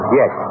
yes